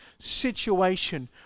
situation